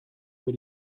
über